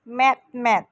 ᱢᱮᱫ ᱢᱮᱫ